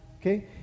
Okay